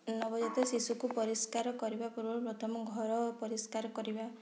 ନବଜାତ ଶିଶୁକୁ ପରିଷ୍କାର କରିବା ପୂର୍ବରୁ ପ୍ରଥମ ଘର ପରିଷ୍କାର କରିବା